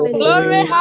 glory